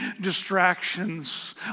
distractions